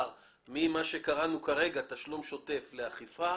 ממה שקראנו לו כרגע תשלום שוטף לאכיפה.